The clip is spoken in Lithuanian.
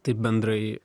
taip bendrai